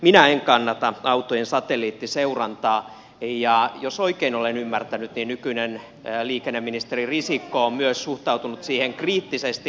minä en kannata autojen satelliittiseurantaa ja jos oikein olen ymmärtänyt niin myös nykyinen liikenneministeri risikko on suhtautunut siihen kriittisesti